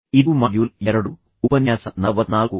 ಇದು ಮಾಡ್ಯೂಲ್ 2 ಉಪನ್ಯಾಸ 44